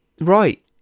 Right